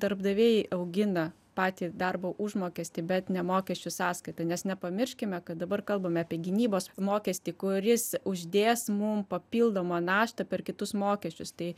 darbdaviai augina patį darbo užmokestį bet ne mokesčių sąskaita nes nepamirškime kad dabar kalbame apie gynybos mokestį kuris uždės mum papildomą naštą per kitus mokesčius tai